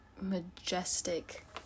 majestic